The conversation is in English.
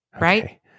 right